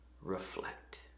reflect